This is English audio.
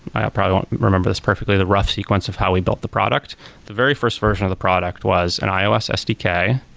i'll probably won't remember this perfectly. the rough sequence of how we built the product. the very first version of the product was an ios sdk,